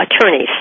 attorneys